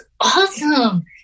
awesome